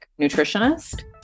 nutritionist